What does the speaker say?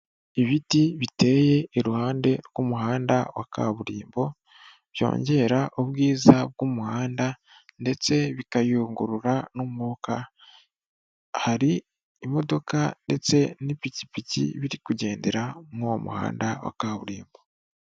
Ibiti biteye iruhande rw'umuhanda wa kaburimbo, byongera ubwiza bw'umuhanda ndetse bikayungurura n'umwuka, hari imodoka ndetse n'ipikipiki biri kugendera muri uwo muhanda wa kaburimbo.